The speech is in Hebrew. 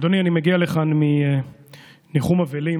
אדוני, אני מגיע לכאן מניחום אבלים